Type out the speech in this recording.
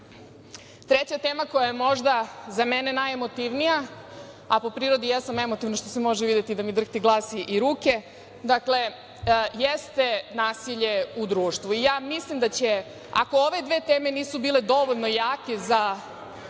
način. Treća tema koja je možda za mene najemotivnija, a po prirodi jesam emotivna što se može videti da mi drhti glas i ruke, dakle jeste nasilje u društvu. Mislim da će ako ove dve teme nisu bile dovoljno jake kao